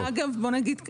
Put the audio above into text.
בוא נהיה גלויים,